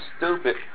stupid